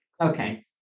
Okay